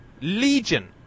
legion